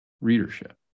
readership